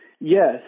Yes